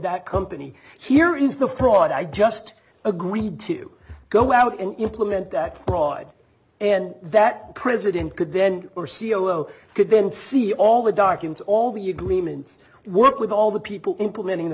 that company here is the fraud i just agreed to go out and implement that broad and that president could then or c e o could then see all the documents all the agreements work with all the people implementing the